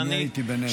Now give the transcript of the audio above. אני הייתי בהם,